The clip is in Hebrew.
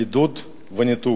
בידוד וניתוק.